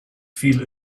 feel